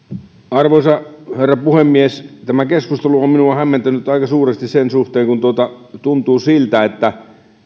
arvoisa herra puhemies tämä keskustelu on minua hämmentänyt aika suuresti sen suhteen kun tuntuu siltä että